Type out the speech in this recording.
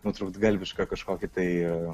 nutrūktgalvišką kažkokį tai